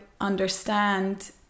understand